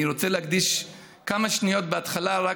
אני רוצה להקדיש כמה שניות בהתחלה רק